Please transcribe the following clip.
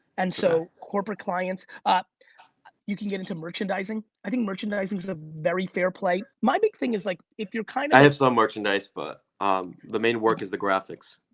and so corporate clients. you can get into merchandising. i think merchandising is a very fair play. my big thing is, like if you're kinda i have some merchandise but um the main work is the graphics.